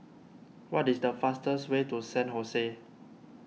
what is the fastest way to San Jose